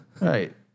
Right